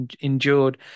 endured